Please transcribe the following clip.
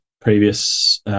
previous